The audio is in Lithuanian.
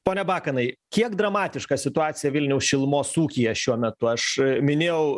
pone bakanai kiek dramatiška situacija vilniaus šilumos ūkyje šiuo metu aš minėjau